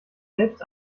selbst